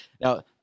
Now